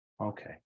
Okay